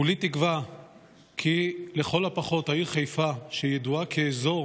כולי תקווה כי לכל הפחות העיר חיפה, שידועה כאזור